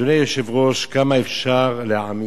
אדוני היושב-ראש, כמה אפשר להעמיק?